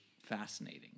fascinating